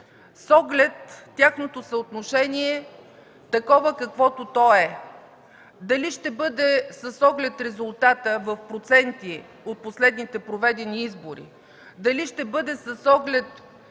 с оглед тяхното съотношение, такова каквото то е. А дали ще бъде с оглед резултата в проценти от последните проведени избори, дали ще бъде с оглед